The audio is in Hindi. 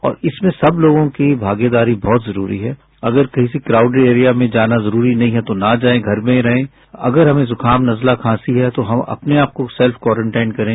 और इसमें सब लोगों की भागीदारी बहुत जरूरी है अगर किसी क्राउडेड एरिया में जाना जरूरी नहीं है तो न जाए घर में ही रहें अगर हमें जुकाम नजला खांसी है तो हम अपने आपको सेल्फ क्वारंटीन करें